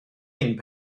ein